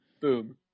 Boom